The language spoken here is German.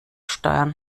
steuern